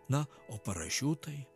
na o parašiutai